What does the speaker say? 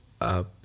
up